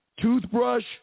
toothbrush